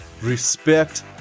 respect